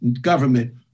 government